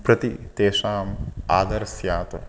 प्रति तेषाम् आदरस्यात्